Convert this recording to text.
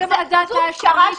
זו פשרה.